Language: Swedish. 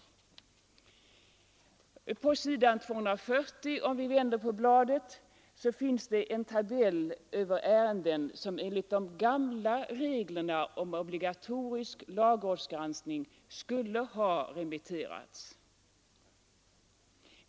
På s. 240 finns det en tabell över ärenden, som enligt de gamla reglerna om obligatorisk lagrådsgranskning skulle ha remitterats.